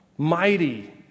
Mighty